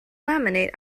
laminate